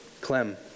Clem